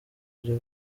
uburyo